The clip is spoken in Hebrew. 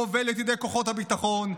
כובלות את ידי כוחות הביטחון,